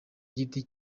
giti